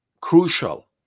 crucial